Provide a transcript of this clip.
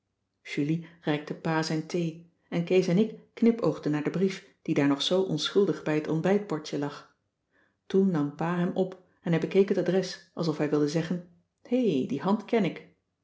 julie reikte pa zijn thee en kees en ik knipoogden naar den brief die daar nog zoo onschuldig bij het ontbijtbordje lag toen nam pa hem op en hij bekeek het adres alsof hij wilde zeggen hé die hand ken ik